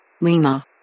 Lima